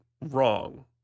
wrong